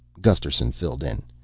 gusterson filled in.